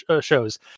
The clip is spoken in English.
shows